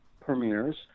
premieres